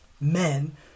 men